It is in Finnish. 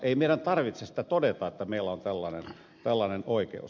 ei meidän tarvitse sitä todeta että meillä on tällainen oikeus